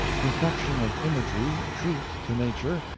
perfection of imagery, truth to nature,